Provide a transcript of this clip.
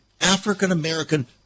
African-American